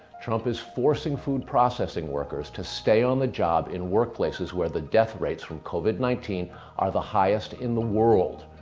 trump is forcing food-processing workers to stay on the job in workplaces where the death rates from covid nineteen are the highest highest in the world.